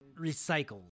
recycled